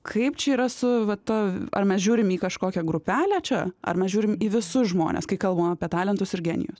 kaip čia yra su va ta ar mes žiūrim į kažkokią grupelę čia ar mes žiūrim į visus žmones kai kalbam apie talentus ir genijus